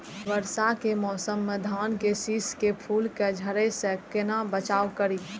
वर्षा के मौसम में धान के शिश के फुल के झड़े से केना बचाव करी?